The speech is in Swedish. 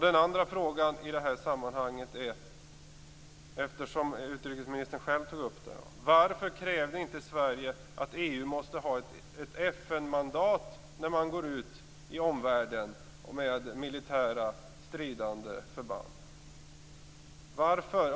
Den andra frågan i det här sammanhanget är, eftersom utrikesministern själv tog upp det: Varför krävde inte Sverige att EU måste ha ett FN-mandat när man går ut i omvärlden med militära stridande förband?